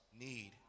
need